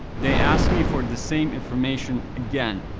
they ask me for the same information again.